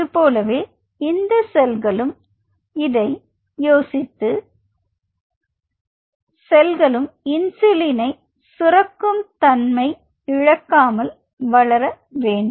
அதுபோலவே இந்த செல்களும் இதை யோசித்து செல்களும் இன்சுலினை சுரக்கும் தன்மை இழக்காமல் வளர வேண்டும்